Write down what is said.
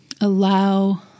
allow